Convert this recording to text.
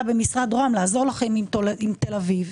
במשרד רוה"מ לעזור לכם עם תל אביב